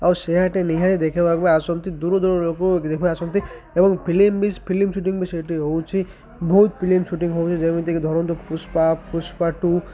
ଆଉ ସେହାଟି ନିହାତି ଦେଖିବାବାକୁ ଆସନ୍ତି ଦୂର ଦୂର ଲୋକ ଦେଖିବା ଆସନ୍ତି ଏବଂ ଫିଲ୍ମ ବି ଫିଲ୍ମ ସୁୁଟିଂ ବି ସେଠି ହଉଚି ବହୁତ ଫିଲ୍ମ ସୁୁଟିଂ ହେଉଛି ଯେମିତିକି ଧରନ୍ତୁ ପୁଷ୍ପା ପୁଷ୍ପା ଟୁ